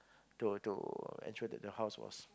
to to ensure that the house was